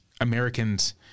Americans